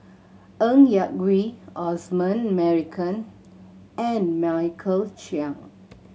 Ng Yak Whee Osman Merican and Michael Chiang